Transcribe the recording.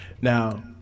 Now